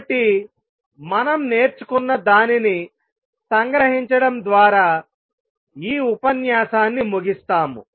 కాబట్టి మనం నేర్చుకున్నదానిని సంగ్రహించడం ద్వారా ఈ ఉపన్యాసాన్ని ముగిస్తాము